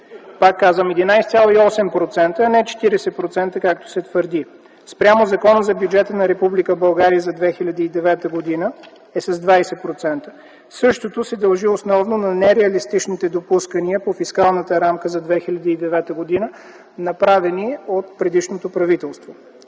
Пак казвам: 11,8%, а не 40%, както се твърди! Спрямо Закона за бюджета на Република България за 2009 г. - с 20%. Същото се дължи основно на нереалистичните допускания по фискалната рамка за 2009 г., направени от предишното правителство.